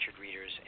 readers